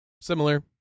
Similar